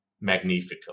Magnifico